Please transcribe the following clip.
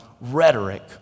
rhetoric